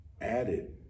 added